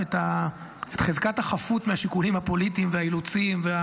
חזקת החפות מהשיקולים הפוליטיים והאילוצים.